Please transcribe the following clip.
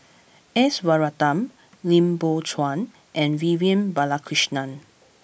S Varathan Lim Biow Chuan and Vivian Balakrishnan